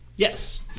Yes